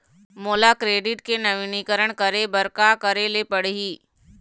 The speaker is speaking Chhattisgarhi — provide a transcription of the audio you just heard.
मोला क्रेडिट के नवीनीकरण करे बर का करे ले पड़ही?